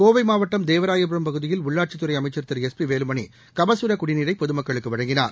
கோவை மாவட்டம் தேவராயபுரம் பகுதியில் உள்ளாட்சித்துறை அமைச்சர் திரு எஸ் பி வேலுமணி கபசுர குடிநீரை பொதுமக்களுக்கு வழங்கினார்